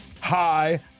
hi